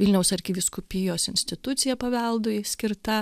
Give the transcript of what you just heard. vilniaus arkivyskupijos institucija paveldui skirta